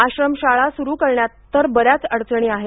आश्रमशाळा सुरू करण्यात तर बऱ्याच अडचणी आहेत